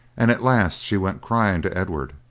and at last she went crying to edward,